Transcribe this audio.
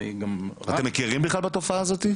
אתם מכירים בכלל בתופעה הזאת?